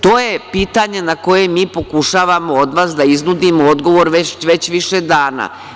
To je pitanje na koje mi pokušavamo od vas da iznudimo odgovor već više dana.